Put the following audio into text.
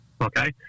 okay